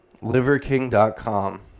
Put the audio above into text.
Liverking.com